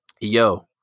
yo